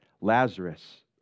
Lazarus